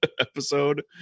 episode